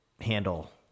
handle